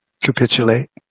capitulate